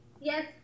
Yes